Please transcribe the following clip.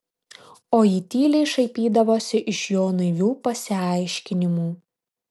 o ji tyliai šaipydavosi iš jo naivių pasiaiškinimų